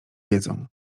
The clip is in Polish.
wiedzą